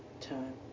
time